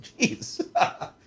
Jeez